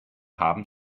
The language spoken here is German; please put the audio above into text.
haben